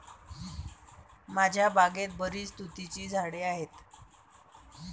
माझ्या बागेत बरीच तुतीची झाडे आहेत